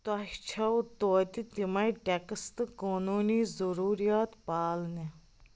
تۄہہِ چھَو توتہِ تِمَے ٹٮ۪کٕس تہٕ قونوٗنی ضروٗریات پالنہِ